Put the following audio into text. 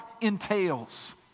entails